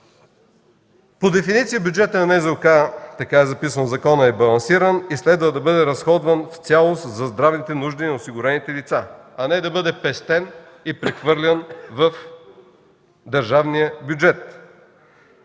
По дефиниция бюджетът на НЗОК, така записан в закона, е балансиран и следва да бъде разходван в цялост за здравните нужди на осигурените лица, а не да бъде пестен и прехвърлян в държавния бюджет.